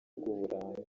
uburanga